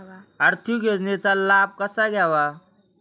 आर्थिक योजनांचा लाभ कसा घ्यावा?